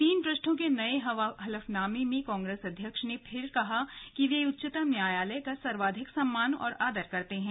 तीन पृष्ठों के नये हलफनामे में कांग्रेस अध्यक्ष ने फिर कहा कि वे उच्चतम न्यायालय का सर्वाधिक सम्मान और आदर करते हैं